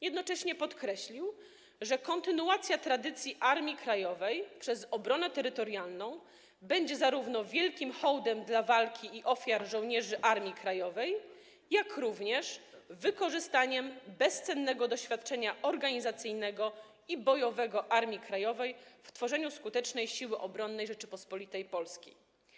Jednocześnie podkreślił, że kontynuacja tradycji Armii Krajowej przez obronę terytorialną będzie zarówno wielkim hołdem dla walki i ofiar żołnierzy Armii Krajowej, jak również wykorzystaniem bezcennego doświadczenia organizacyjnego i bojowego Armii Krajowej w tworzeniu skutecznej siły obronnej Rzeczypospolitej Polskiej.